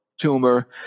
tumor